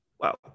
Wow